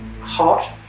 hot